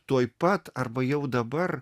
tuoj pat arba jau dabar